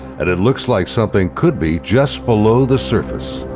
and it looks like something could be just below the surface.